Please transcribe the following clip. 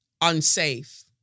unsafe